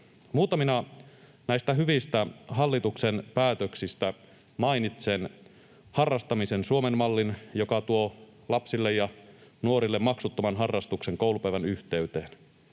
Muutamina näistä hyvistä hallituksen päätöksistä mainitsen harrastamisen Suomen mallin, joka tuo lapsille ja nuorille maksuttoman harrastuksen koulupäivän yhteyteen,